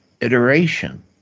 iteration